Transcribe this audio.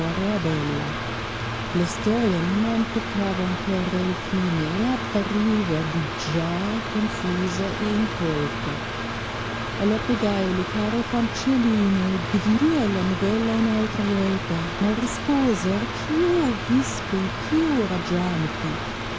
l'errore abbella la storia non toccava ancora il fine e appariva di già confusa e incolta allor pregai le care fanciulline di finir la novella un'altra volta ma risposer più vispe e più raggianti